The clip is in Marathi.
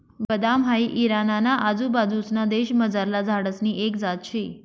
बदाम हाई इराणा ना आजूबाजूंसना देशमझारला झाडसनी एक जात शे